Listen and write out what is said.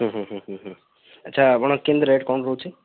ହୁଁ ହୁଁ ହୁଁ ହୁଁ ଆଚ୍ଛା ଆପଣ କେନ୍ତି ରେଟ୍ କ'ଣ ରହୁଛି